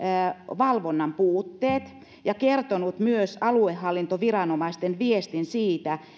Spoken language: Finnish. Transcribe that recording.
valvonnan puutteet ja kertonut myös aluehallintoviranomaisten viestin siitä